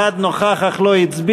אחד נוכח אך לא הצביע.